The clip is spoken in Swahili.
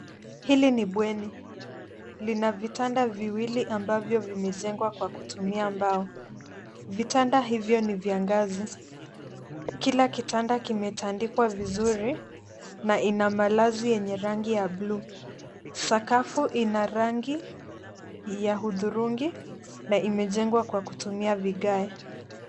Hili ni bweni; lina vitanda viwili ambavyo vimejengwa kwa kutumia mbao. Vitanda hivyo ni vya ngazi. Kila kitanda kimetandikwa vizuri na ina malazi ya rangi ya buluu. Sakafu ina rangi ya hudhurungi na imejengwa kwa kutumia vigae.